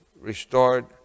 restored